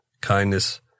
kindness